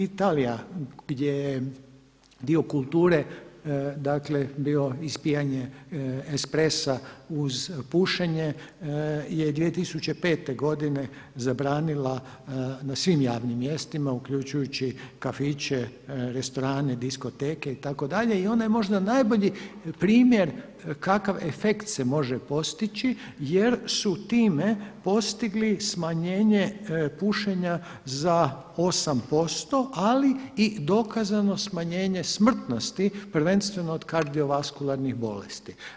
Italija gdje je dio kulture dakle bio ispijanje espressa uz pušenje je 2005. godine zabranila na svim javnim mjestima uključujući kafiće, restorane, diskoteke i ona je možda najbolji primjer kakav efekt se može postići jer su time postigli smanjenje pušenja za 8% ali i dokazano smanjenje smrtnosti prvenstveno od kardiovaskularnih bolesti.